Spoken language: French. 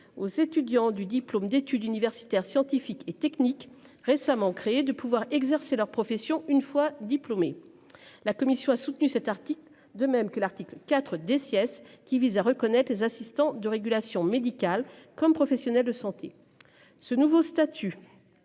aux étudiants du diplôme d'études universitaires scientifiques et techniques, récemment créée de pouvoir exercer leur profession. Une fois diplômé. La commission a soutenu cet article, de même que l'article 4 des siestes qui vise à reconnaître les assistants de régulation médicale comme professionnel de santé. Ce nouveau statut.